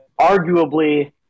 arguably